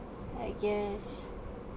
I guess